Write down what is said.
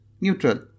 neutral